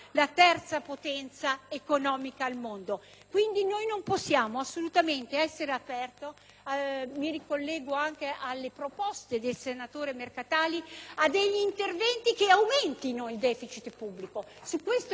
mondo e non possiamo quindi assolutamente essere aperti - e mi ricollego anche alle proposte del senatore Mercatali - ad interventi che aumentino il deficit pubblico. Su questo è chiaro che non potremo mai dialogare.